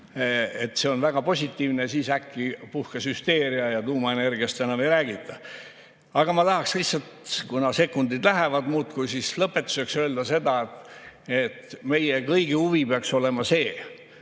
see on väga positiivne, siis äkki puhkes hüsteeria ja tuumaenergiast enam ei räägita. Aga ma tahaksin lihtsalt, kuna sekundid muudkui lähevad, lõpetuseks öelda seda: meie kõigi huvi peaks olema see,